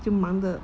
就忙着